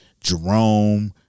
Jerome